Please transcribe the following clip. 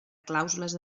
clàusules